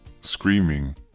screaming